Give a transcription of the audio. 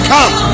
Come